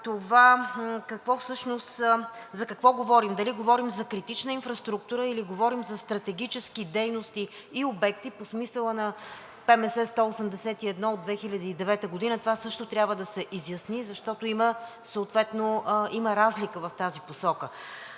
за какво говорим – дали говорим за критична инфраструктура или говорим за стратегически дейности и обекти по смисъла на ПМС № 181 от 2009 г., това също трябва да се изясни, защото има съответно разлика в тази посока.